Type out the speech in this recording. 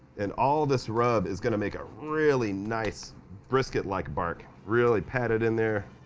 and all this rub is going to make a really nice brisket like bark really pat it in there